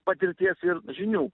patirties ir žinių